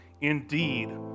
Indeed